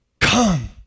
Come